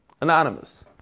anonymous